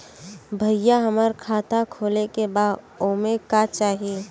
भईया हमार खाता खोले के बा ओमे का चाही?